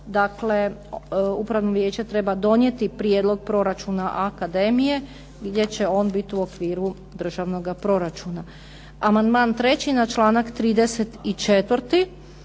Dakle, Upravno vijeće treba donijeti prijedlog proračuna akademije gdje će on biti u okviru državnoga proračuna. Amandman 3. na članak 34.